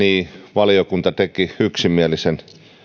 valiokunta teki yksimielisen